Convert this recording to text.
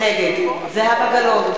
נגד זהבה גלאון,